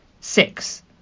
six